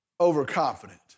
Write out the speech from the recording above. overconfident